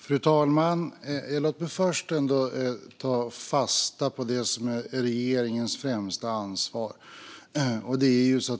Fru talman! Låt mig först ta fasta på det som är regeringens främsta ansvar: